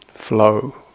flow